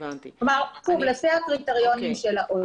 כלומר, לפי הקריטריונים של ה-OECD.